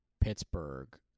Pittsburgh